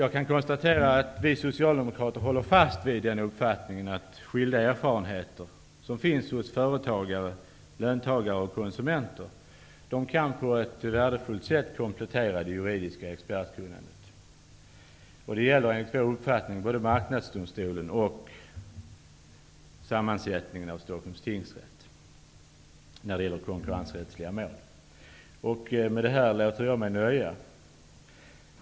Jag kan konstatera att vi socialdemokrater håller fast vid den uppfattningen att skilda erfarenheter hos företagare, löntagare och konsumenter på ett värdefullt sätt kan komplettera det juridiska expertkunnandet. Detta gäller både Med detta låter jag mig nöja.